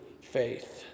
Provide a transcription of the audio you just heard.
faith